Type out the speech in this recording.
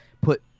put